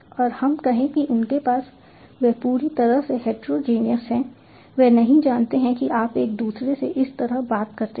और हम कहें कि उनके पास वे पूरी तरह से हेटेरोजेनेस हैं वे नहीं जानते कि आप एक दूसरे से इस तरह बात करते हैं